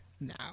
Now